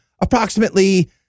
approximately